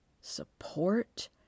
support